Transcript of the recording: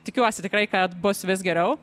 tikiuosi tikrai kad bus vis geriau